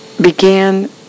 began